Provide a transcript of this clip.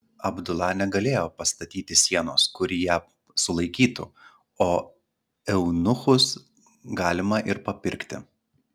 abdula negalėjo pastatyti sienos kuri ją sulaikytų o eunuchus galima ir papirkti